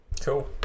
cool